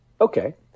Okay